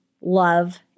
love